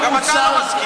לא, לא, לא.